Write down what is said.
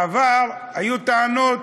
בעבר היו טענות: